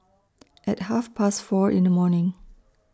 At Half Past four in The morning